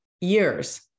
years